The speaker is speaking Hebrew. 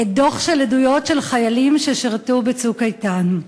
דוח של עדויות של חיילים ששירתו ב"צוק איתן".